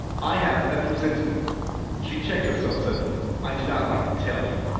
i have a presentiment she checked herself suddenly. i do not like to tell you,